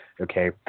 okay